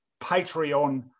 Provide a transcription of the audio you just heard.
Patreon